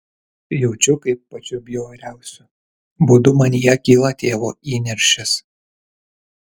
jaučiu kaip pačiu bjauriausiu būdu manyje kyla tėvo įniršis